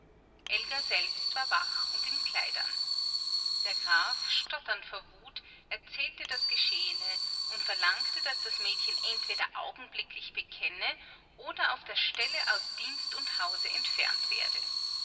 elga selbst war wach und in kleidern der graf stotternd vor wut erzählte das geschehene und verlangte daß das mädchen entweder augenblicklich bekenne oder auf der stelle aus dienst und hause entfernt werde